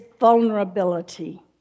vulnerability